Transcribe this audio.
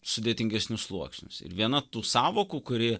sudėtingesnius sluoksnius ir viena tų sąvokų kuri